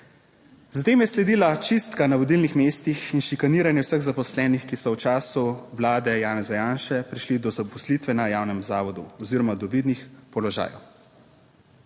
Za tem je sledila čistka na vodilnih mestih in šikaniranje vseh zaposlenih, ki so v času vlade Janeza Janše prišli do zaposlitve na javnem zavodu oziroma do vidnih položajev.